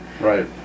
Right